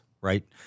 right